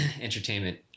entertainment